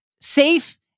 safe